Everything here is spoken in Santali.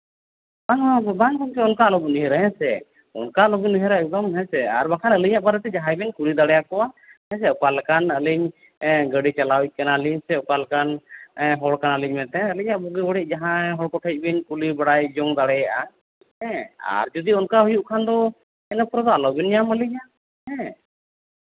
ᱵᱟᱝ ᱵᱟᱝ ᱜᱚᱝᱠᱮ ᱚᱱᱠᱟ ᱟᱞᱚ ᱵᱚᱱ ᱩᱭᱦᱟᱹᱨᱟ ᱦᱮᱸ ᱥᱮ ᱚᱱᱠᱟ ᱟᱞᱚᱵᱮᱱ ᱩᱭᱦᱟᱹᱨᱟ ᱦᱮᱸ ᱥᱮ ᱟᱨ ᱵᱟᱝᱠᱷᱟᱱ ᱟᱹᱞᱤᱧᱟᱜ ᱵᱟᱨᱮᱛᱮ ᱡᱟᱦᱟᱸᱭ ᱵᱤᱱ ᱠᱩᱞᱤ ᱫᱟᱲᱮᱭᱟᱠᱚᱣᱟ ᱦᱮᱸᱥᱮ ᱚᱠᱟ ᱞᱮᱠᱟᱱ ᱟᱹᱞᱤᱧ ᱦᱟᱺᱰᱤ ᱪᱟᱞᱟᱣᱤᱡ ᱠᱟᱱᱟᱞᱤᱧ ᱥᱮ ᱚᱠᱟ ᱞᱮᱠᱟᱱ ᱦᱚᱲ ᱠᱟᱱᱟᱞᱤᱧ ᱢᱮᱱᱛᱮ ᱟᱹᱞᱤᱧᱟᱜ ᱵᱩᱜᱤ ᱵᱟᱹᱲᱤᱡ ᱡᱟᱦᱟᱸᱭ ᱦᱚᱲ ᱠᱚᱴᱷᱮᱱ ᱵᱤᱱ ᱠᱩᱞᱤ ᱵᱟᱲᱟᱭ ᱡᱚᱝ ᱫᱟᱲᱮᱭᱟᱜᱼᱟ ᱦᱮᱸ ᱟᱨ ᱡᱩᱫᱤ ᱚᱱᱠᱟ ᱦᱩᱭᱩᱜ ᱠᱷᱟᱱ ᱫᱚ ᱤᱱᱟᱹ ᱯᱚᱨᱮ ᱫᱚ ᱟᱞᱚ ᱵᱤᱱ ᱧᱟᱢ ᱟᱹᱞᱤᱧᱟ ᱦᱮᱸ